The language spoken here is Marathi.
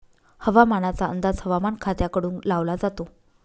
हवामानाचा अंदाज हवामान खात्याकडून लावला जातो